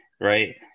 right